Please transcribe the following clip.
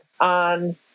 on